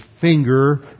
finger